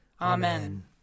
Amen